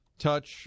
touch